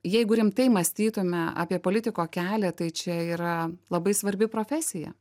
jeigu rimtai mąstytume apie politiko kelią tai čia yra labai svarbi profesija